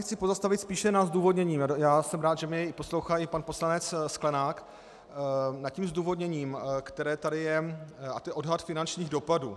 Chci se tady pozastavit spíše nad zdůvodněním jsem rád, že mě poslouchá i pan poslanec Sklenák nad tím zdůvodněním, které tady je, a to odhad finančních dopadů.